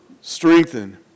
strengthen